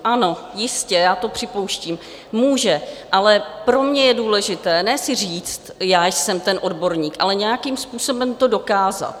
Ano, jistě, já to připouštím, může, ale pro mě je důležité ne si říct: Já jsem ten odborník, ale nějakým způsobem to dokázat.